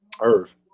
Earth